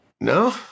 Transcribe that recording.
No